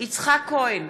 יצחק כהן,